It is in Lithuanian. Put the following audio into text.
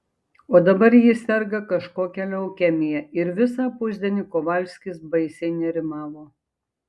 o dabar ji serga kažkokia leukemija ir visą pusdienį kovalskis baisiai nerimavo